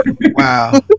Wow